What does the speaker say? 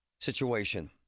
situation